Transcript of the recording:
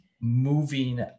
moving